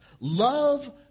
Love